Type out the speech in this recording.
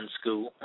school